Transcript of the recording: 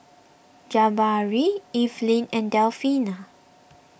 Jabari Evelyn and Delfina